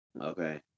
Okay